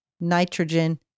nitrogen